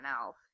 elf